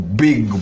big